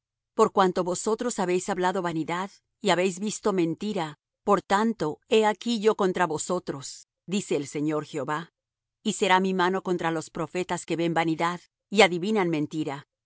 por cuanto vosotros habéis hablado vanidad y habéis visto mentira por tanto he aquí yo contra vosotros dice el señor jehová y será mi mano contra los profetas que ven vanidad y adivinan mentira